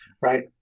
right